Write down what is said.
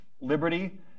liberty